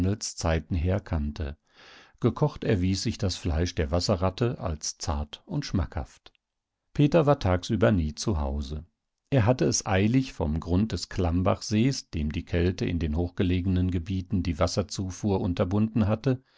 zeiten her kannte gekocht erwies sich das fleisch der wasserratte als zart und schmackhaft peter war tagsüber nie zu hause er hatte es eilig vom grund des klammbachsees dem die kälte in den hochgelegenen gebieten die wasserzufuhr unterbunden hatte